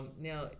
Now